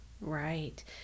right